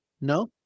No